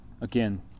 again